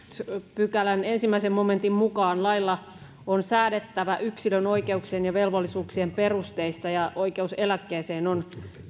pykälän ensimmäisen momentin mukaan lailla on säädettävä yksilön oikeuksien ja velvollisuuksien perusteista oikeus eläkkeeseen on